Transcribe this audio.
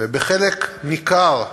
ובחלק ניכר,